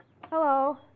Hello